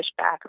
pushback